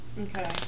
okay